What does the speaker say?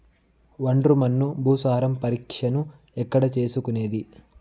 ఒండ్రు మన్ను భూసారం పరీక్షను ఎక్కడ చేసుకునేది?